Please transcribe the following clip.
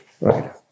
right